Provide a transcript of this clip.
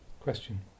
Question